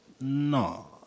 no